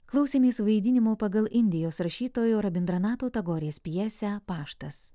klausėmės vaidinimo pagal indijos rašytojo rabindranato tagorės pjesę paštas